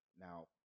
Now